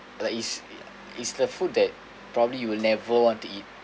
like it's uh it's the food that probably you will never want to eat